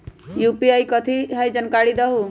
UPI कथी है? जानकारी दहु